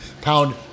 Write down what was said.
pound